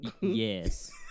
Yes